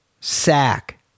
sack